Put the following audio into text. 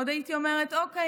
עוד הייתי אומרת אוקיי,